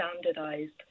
standardized